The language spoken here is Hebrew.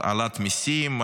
העלאת מיסים,